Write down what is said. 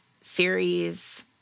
series